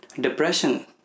Depression